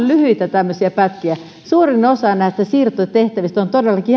tämmöisiä ihan lyhyitä pätkiä suurin osa näistä siirtotehtävistä on todellakin ihan tämmöisiä pieniä